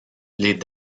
les